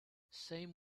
same